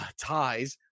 ties